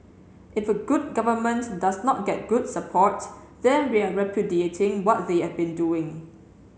if a good government does not get good support then we are repudiating what they have been doing